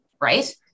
right